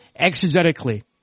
exegetically